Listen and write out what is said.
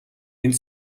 энд